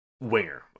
winger